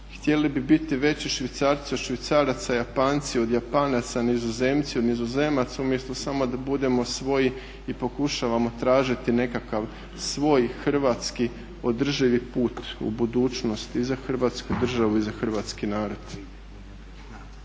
htjeli bi biti veći Švicarci od Švicaraca, Japanci od Japanaca, Nizozemci od Nizozemaca, umjesto samo da budemo svoji i pokušavamo tražiti nekakav svoj hrvatski održivi put u budućnost i za Hrvatsku državu i za hrvatski narod.